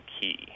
key